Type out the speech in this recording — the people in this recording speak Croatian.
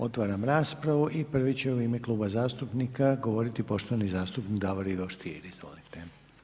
Otvaram raspravu i prvi će u ime kluba zastupnika, govoriti poštovani zastupnik Davor Ivo Stier, izvolite.